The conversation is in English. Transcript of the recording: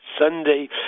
Sunday